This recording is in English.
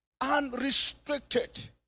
unrestricted